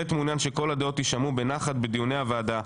מעוניין שכל הדעות יישמעו בנחת בדיוני הוועדה.